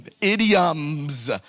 idioms